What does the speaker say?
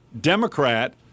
Democrat